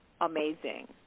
amazing